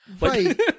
right